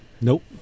Nope